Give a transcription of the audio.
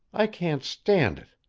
i can't stand it.